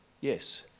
Yes